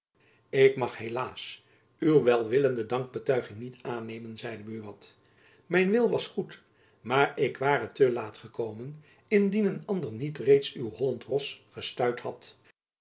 ik mag helaas uw welwillende dankbetuiging niet aannemen zeide buat mijn wil was goed maar ik ware te laat gekomen indien een ander niet reeds uw hollend ros gestuit had